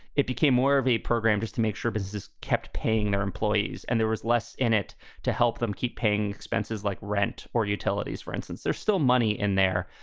it became more of a program just to make sure businesses kept paying their employees and there was less in it to help them keep paying expenses like rent or utilities, for instance. there's still money in there.